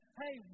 hey